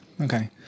Okay